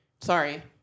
Sorry